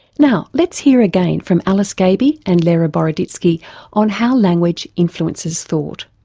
now let's hear again from alice gaby and lera boroditsky on how language influences thought.